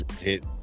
hit